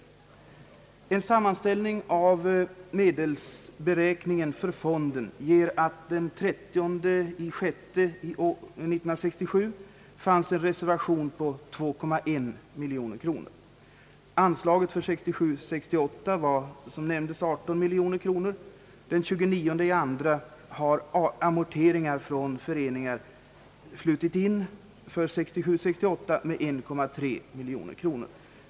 En sammanställning av medelsberäkningen för fonden utvisar att den 30 juni 1967 fanns en reservation på 2,1 miljoner kronor. Anslaget för 1967 68 från föreningar flutit in med 1,3 miljon kronor.